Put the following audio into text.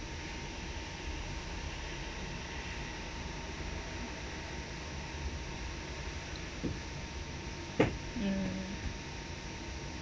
mm